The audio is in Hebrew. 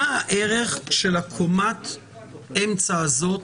מה הערך של קומת האמצע הזאת